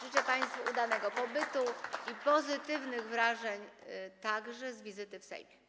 Życzę państwu udanego pobytu i pozytywnych wrażeń z wizyty w Sejmie.